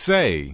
Say